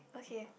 okay